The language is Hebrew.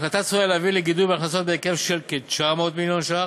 ההחלטה צפויה להביא לגידול בהכנסות בהיקף של כ-900 מיליון ש"ח.